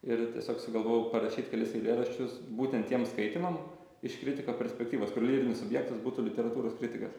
ir tiesiog sugalvojau parašyt kelis eilėraščius būtent tiem skaitymam iš kritiko perspektyvos kur lyrinis subjektas būtų literatūros kritikas